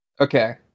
Okay